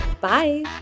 Bye